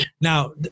Now